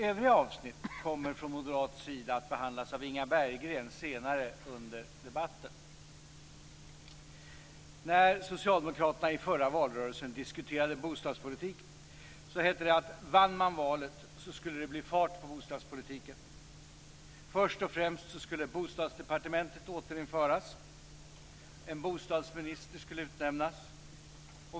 Övriga avsnitt kommer från moderat sida att behandlas av När socialdemokraterna i den förra valrörelsen diskuterade bostadspolitik hette det att om man skulle vinna valet, skulle det bli fart på bostadspolitiken. Först och främst skulle Bostadsdepartementet återinföras och en bostadsminister utnämnas.